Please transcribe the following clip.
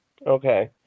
okay